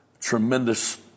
tremendous